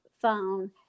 phone